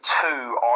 two